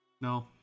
No